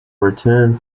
return